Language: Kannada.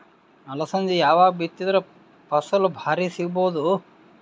ಅಲಸಂದಿ ಯಾವಾಗ ಬಿತ್ತಿದರ ಫಸಲ ಭಾರಿ ಸಿಗಭೂದು?